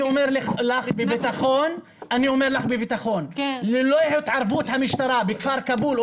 אני אומר לך בביטחון: ללא התערבות המשטרה בכפר כאבול או